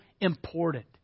important